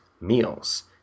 meals